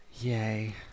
yay